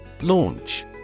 Launch